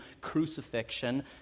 crucifixion